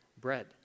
bread